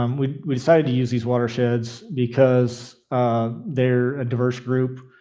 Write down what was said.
um we we decided to use these watersheds because they're a diverse group.